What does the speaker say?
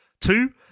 Two